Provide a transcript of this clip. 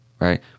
right